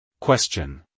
Question